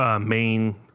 Main